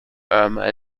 irma